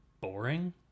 boring